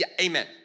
Amen